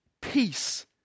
peace